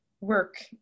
work